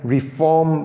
Reform